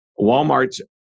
Walmart's